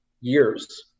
years